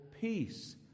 peace